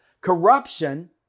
Corruption